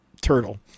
turtle